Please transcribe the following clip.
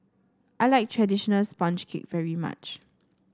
I like traditional sponge cake very much